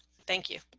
thank you.